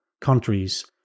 countries